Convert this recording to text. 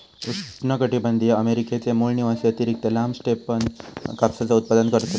उष्णकटीबंधीय अमेरिकेचे मूळ निवासी अतिरिक्त लांब स्टेपन कापसाचा उत्पादन करतत